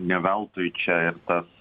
ne veltui čia ir tas